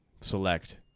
select